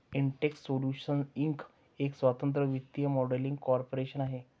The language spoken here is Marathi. इंटेक्स सोल्यूशन्स इंक एक स्वतंत्र वित्तीय मॉडेलिंग कॉर्पोरेशन आहे